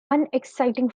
unexciting